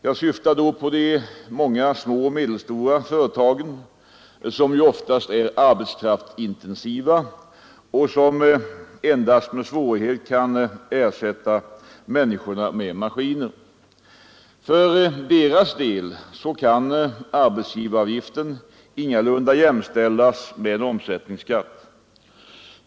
Jag syftar då på de många små och medelstora företagen, som oftast är arbetskraftsintensiva och som endast med svårighet kan ersätta människorna med maskiner. För deras del kan arbetsgivaravgiften ingalunda jämställas med en omsättningsskatt.